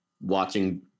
watching